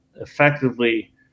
effectively